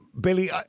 Billy